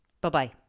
Bye-bye